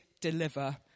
deliver